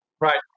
Right